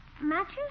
Matches